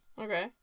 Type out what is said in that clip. Okay